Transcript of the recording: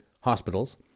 hospitals